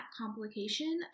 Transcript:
complication